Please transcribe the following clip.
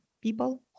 people